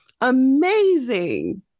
Amazing